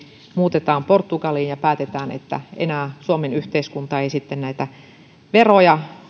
muutetaan portugaliin ja päätetään että enää suomen yhteiskunta ei veroja